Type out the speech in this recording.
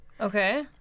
Okay